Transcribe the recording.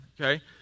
okay